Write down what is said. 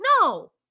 No